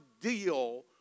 deal